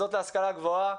המל"ג,